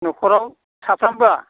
नखराव साथामखा